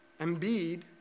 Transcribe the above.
Embiid